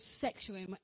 sexual